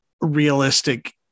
Realistic